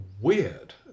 weird